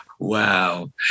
Wow